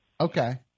Okay